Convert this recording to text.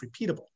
repeatable